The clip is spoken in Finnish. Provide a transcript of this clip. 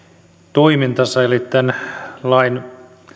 toimintansa eli tämän lain